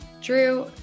Drew